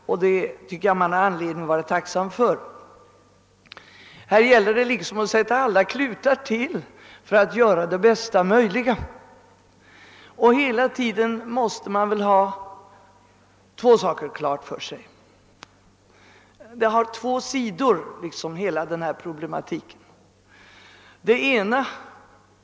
Jag tycker att man har anledning att vara tacksam för detta. Det gäller att sätta till alla klutar och att göra det bästa möjliga av situationen. Hela tiden måste man ha klart för sig att denna problematik har två sidor.